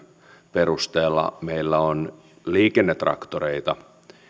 perusteella liikennetraktoreita